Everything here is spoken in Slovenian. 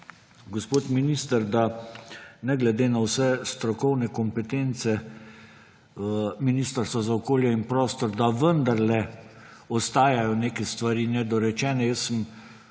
gospod minister, da ne glede na vse strokovne kompetence Ministrstva za okolje in prostor vendarle ostajajo neke stvari nedorečene. Jaz sem